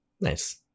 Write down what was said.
Nice